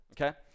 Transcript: okay